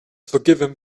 forgiven